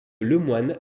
lemoine